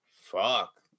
fuck